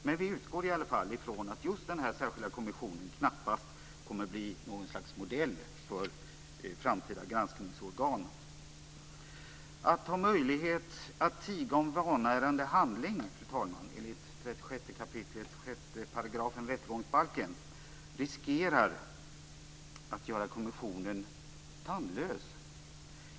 Men vi utgår i alla fall från att just denna särskilda kommission knappast kommer att bli något slags modell för framtida granskningsorgan. Att ha möjlighet att tiga om vanärande handling, fru talman, enligt 36 kap. 6 § rättegångsbalken, riskerar att göra kommissionen tandlös.